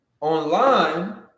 online